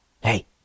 Hey